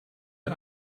der